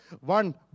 one